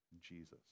Jesus